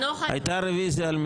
הייתה רוויזיה על מלביצקי.